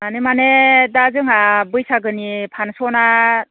मानो मानि दा जोंहा बैसागोनि फान्स'नआ